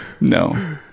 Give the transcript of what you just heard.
No